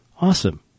Awesome